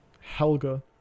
Helga